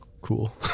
cool